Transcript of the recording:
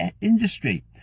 industry